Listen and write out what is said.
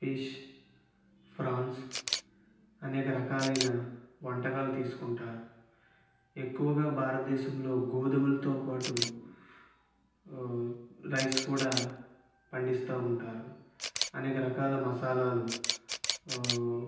fish prawns అనేక రకాలైన వంటకాలు తీసుకుంటారు ఎక్కువగా భారతదేశంలో గోధుమలతో పాటు రైస్ కూడా పండిస్తూ ఉంటారు అనేక రకాల మసాలాలు